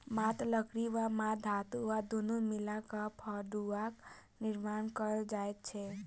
मात्र लकड़ी वा मात्र धातु वा दुनू मिला क फड़ुआक निर्माण कयल जाइत छै